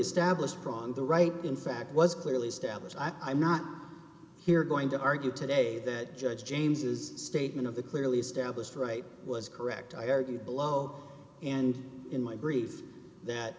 established problem the right in fact was clearly established i'm not here going to argue today that judge james's statement of the clearly established right was correct i argued below and in my brief that